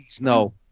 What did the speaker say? no